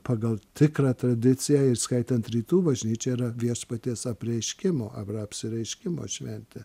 pagal tikrą tradiciją įskaitant rytų bažnyčią yra viešpaties apreiškimo apsireiškimo šventė